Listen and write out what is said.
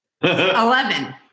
Eleven